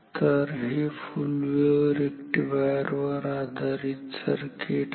तर हे full wave rectifier वर आधारित सर्किट आहे